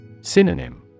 Synonym